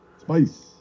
spice